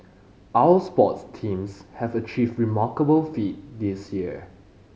our sports teams have achieve remarkable feat this year